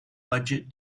budget